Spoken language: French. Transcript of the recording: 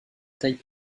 taille